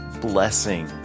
blessing